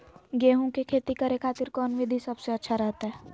गेहूं के खेती करे खातिर कौन विधि सबसे अच्छा रहतय?